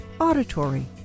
auditory